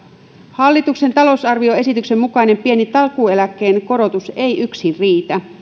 hallituksen talousarvioesityksen mukainen pieni takuueläkkeen korotus ei yksin riitä